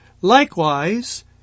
Likewise